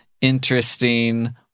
interesting